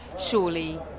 surely